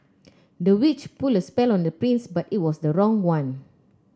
the witch put a spell on the prince but it was the wrong one